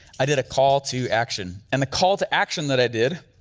i did a call to action and the call to action that i did